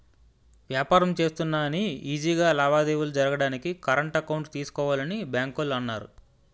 వ్యాపారం చేస్తున్నా అని ఈజీ గా లావాదేవీలు జరగడానికి కరెంట్ అకౌంట్ తీసుకోవాలని బాంకోల్లు అన్నారు